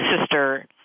sister